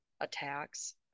attacks